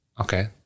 okay